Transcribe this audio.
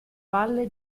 valle